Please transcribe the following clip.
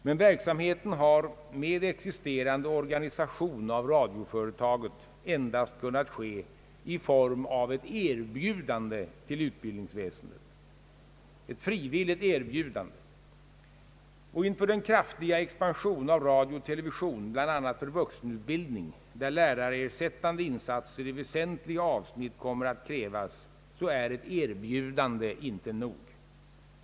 Men verksamheten har med existerande organisation av radioföretaget endast kunnat ske i form av ett frivilligt erbjudande till utbildningsväsendet. Inför den kraftiga expansionen av radio och television bl.a. för vuxenutbildning, där lärarersättande insatser i väsentliga avsnitt kommer att krävas, är ett erbjudande inte nog.